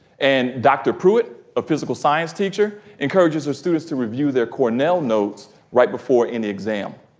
and dr. prewitt, a physical science teacher, encourages her students to review their cornell notes right before any exam.